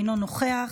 אינו נוכח,